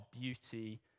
beauty